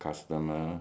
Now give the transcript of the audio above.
ah okay